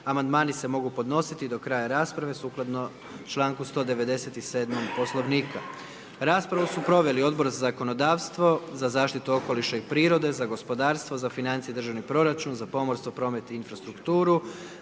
amandmani se mogu ponositi do kraja rasprave, sukladno članku 197., Poslovnika. Raspravu su proveli Odbor za zakonodavstvo, za zaštitu okoliša i prirode, za gospodarstvo, za financije i državni proračun, za pomorstvo, promet i infrastrukturu,